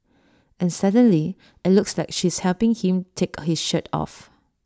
and suddenly IT looks like she's helping him take his shirt off